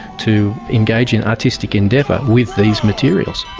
to engage in artistic endeavour with these materials.